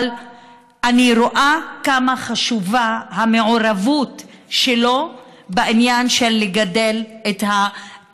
אבל אני רואה כמה חשובה המעורבות שלו בגידול התאומים.